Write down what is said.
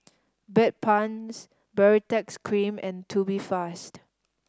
Bedpans Baritex Cream and Tubifast